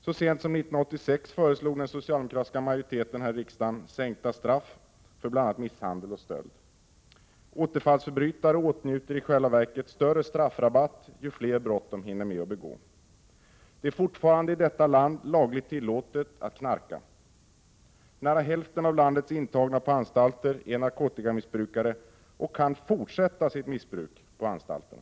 Så sent som 1986 föreslog den socialdemokratiska majoriteten i riksdagen sänkta straff för bl.a. misshandel och stöld. Återfallsförbrytare åtnjuter i själva verket större straffrabatt ju fler brott de hinner begå. Det är fortfarande i detta land lagligt tillåtet att knarka. Nära hälften av landets intagna på anstalter är narkotikamissbrukare och kan fortsätta sitt missbruk på anstalten.